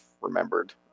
remembered